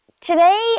today